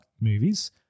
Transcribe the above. movies